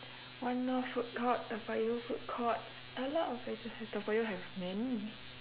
one north food court toa payoh food court a lot of places have toa payoh have many